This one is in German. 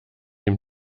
ihm